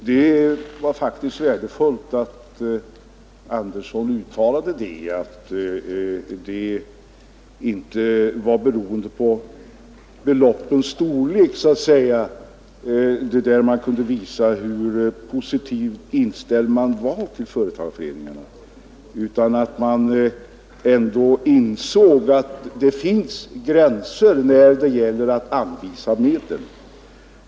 Herr talman! Det var faktiskt värdefullt att herr Andersson i Örebro uttalade att det inte var med beloppens storlek man kunde visa hur positivt inställd man var till företagarföreningarna, utan att han ändå Nr 42 insåg att det finns gränser när det gäller att anvisa medel.